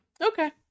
Okay